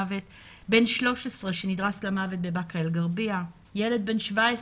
בן 13 שנדרס למוות בבאקה אל-גרבייה; ילד בן 17